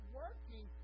working